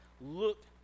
looked